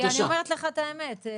אני אומרת לך את האמת.